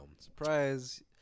surprise